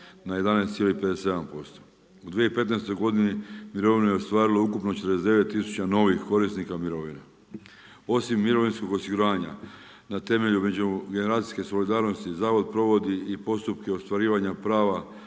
na 11,57% U 2015. godini mirovine je ostvarilo ukupno 49 tisuća novih korisnika mirovine. Osim mirovinskog osiguranja na temelju međugeneracijske solidarnosti, zavod provodi i postupke ostvarivanja prava